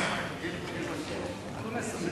כהצעת